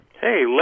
Hey